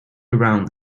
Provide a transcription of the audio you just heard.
around